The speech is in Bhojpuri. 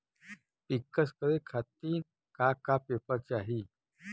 पिक्कस करे खातिर का का पेपर चाही?